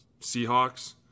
Seahawks